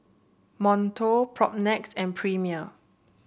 Monto Propnex and Premier